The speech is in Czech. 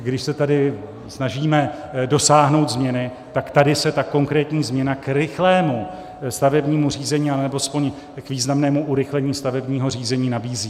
Když se tady snažíme dosáhnout změny, tak tady se ta konkrétní změna k rychlému stavebnímu řízení anebo alespoň k významnému urychlení stavebního řízení nabízí.